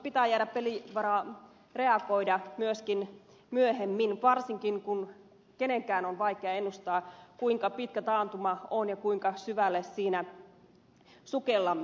pitää jäädä pelivaraa reagoida myöskin myöhemmin varsinkin kun kenenkään on vaikea ennustaa kuinka pitkä taantuma on ja kuinka syvälle siinä sukellamme